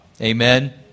Amen